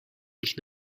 ich